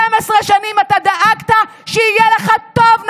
12 שנים אתה דאגת שיהיה לך טוב,